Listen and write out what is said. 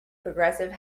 progressive